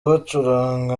bacuranga